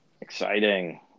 Exciting